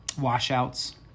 washouts